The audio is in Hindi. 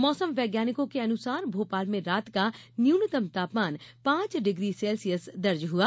मौसम वैज्ञानिकों के अनुसार भोपाल में रात का न्यूनतम तापमान पांच डिग्री सेल्सियस दर्ज हुआ